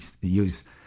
use